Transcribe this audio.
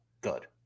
good